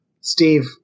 Steve